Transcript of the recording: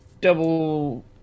double